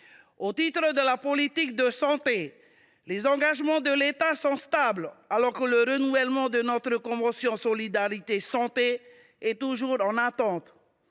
Au titre de la politique de santé, les engagements de l’État demeurent inchangés, alors que le renouvellement de notre convention solidarité santé est toujours en attente.